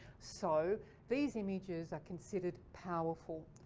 so these images are considered powerful.